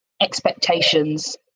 expectations